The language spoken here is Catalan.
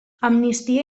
amnistia